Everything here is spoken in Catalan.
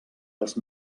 els